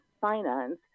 finance